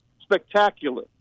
spectacular